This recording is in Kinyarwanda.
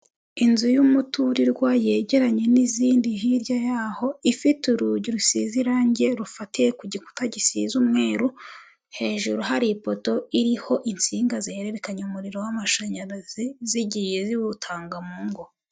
Inzu y'umuturirwa yegeranye n'izindi hirya yaho, ifite urugi rusize irangi rufatiye ku gikuta gisize umweru, hejuru hari ipoto iriho insinga zihererekanya umuriro w'amashanyarazi zigiye ziwutanga mu ngo.